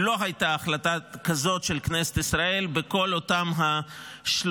לא הייתה החלטה כזאת של כנסת ישראל בכל אותן 30